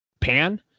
pan